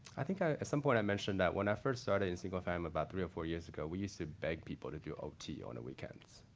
i think, at some point, i mentioned that, when i first started in single family about three or four years ago, we used to beg people to do ot on the weekends.